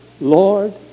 Lord